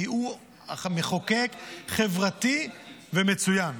כי הוא מחוקק חברתי ומצוין,